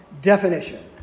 definition